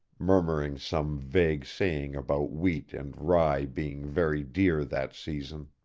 murmuring some vague saying about wheat and rye being very dear that season.